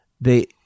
They-